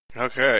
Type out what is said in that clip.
Okay